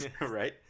Right